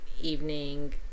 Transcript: evening